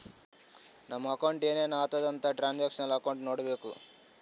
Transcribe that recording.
ನಮ್ ಅಕೌಂಟ್ನಾಗ್ ಏನೇನು ಆತುದ್ ಅಂತ್ ಟ್ರಾನ್ಸ್ಅಕ್ಷನಲ್ ಅಕೌಂಟ್ ನೋಡ್ಬೇಕು